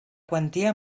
quantia